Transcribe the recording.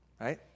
right